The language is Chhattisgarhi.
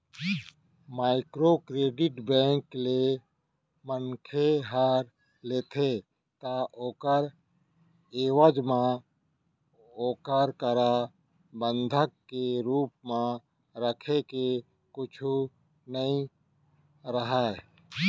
माइक्रो क्रेडिट बेंक ले मनखे ह लेथे ता ओखर एवज म ओखर करा बंधक के रुप म रखे के कुछु नइ राहय